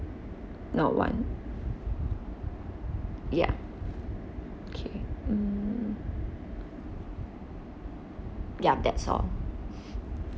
no one ya okay mm ya that's all